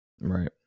Right